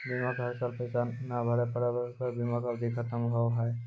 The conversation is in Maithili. बीमा के हर साल पैसा ना भरे पर बीमा के अवधि खत्म हो हाव हाय?